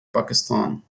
pakistan